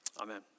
Amen